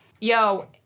Yo